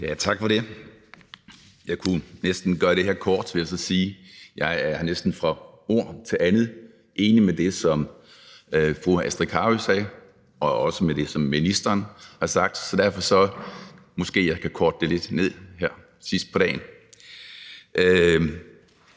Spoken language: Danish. Tak for det. Jeg kunne næsten gøre det her kort, vil jeg så sige. Jeg er næsten fra ord til andet enig med det, som fru Astrid Carøe sagde, og også med det, som ministeren har sagt. Så derfor kan jeg måske korte det lidt ned her sidst på dagen.